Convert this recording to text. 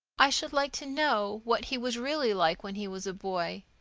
i should like to know what he was really like when he was a boy.